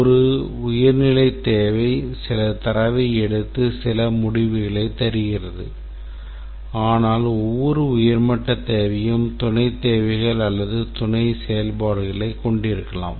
ஒரு உயர்நிலை தேவை சில தரவை எடுத்து சில முடிவுகளைத் தருகிறது ஆனால் ஒவ்வொரு உயர் மட்டத் தேவையும் துணைத் தேவைகள் அல்லது துணை செயல்பாடுகளைக் கொண்டிருக்கலாம்